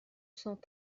cent